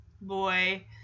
boy